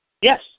Yes